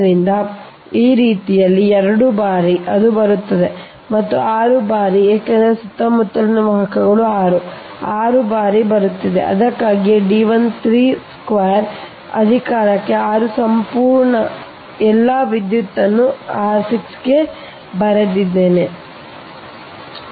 ಆದ್ದರಿಂದ ಈ ರೀತಿಯಲ್ಲಿ ಎರಡು ಬಾರಿ ಅದು ಬರುತ್ತಿದೆ ಮತ್ತು 6 ಬಾರಿ ಏಕೆಂದರೆ ಸುತ್ತಮುತ್ತಲಿನ ವಾಹಕಗಳು 6 6 ಬಾರಿ ಬರುತ್ತಿದೆ ಅದಕ್ಕಾಗಿಯೇ D 13 ಚದರ ಮತ್ತೆ ಅಧಿಕಾರಕ್ಕೆ 6 ಸಂಪೂರ್ಣ ನಾನು ಎಲ್ಲವನ್ನೂ ವಿದ್ಯುತ್ 6 ಗೆ ಬರೆದಿದ್ದೇನೆ ಏಕೆಂದರೆ ಎಲ್ಲಾ 6 ಬಾರಿ ಬರುತ್ತಿದೆ